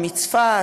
מצפת,